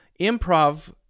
Improv